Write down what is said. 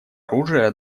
оружия